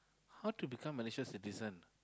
how to become Malaysia citizen